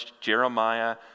Jeremiah